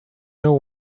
know